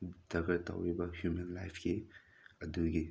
ꯗꯔꯀꯥꯔ ꯇꯧꯔꯤꯕ ꯍ꯭ꯌꯨꯃꯦꯟ ꯂꯥꯏꯐꯀꯤ ꯑꯗꯨꯒꯤ